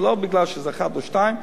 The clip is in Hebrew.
זה לא מפני שזה אחד או שניים.